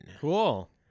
Cool